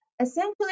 essentially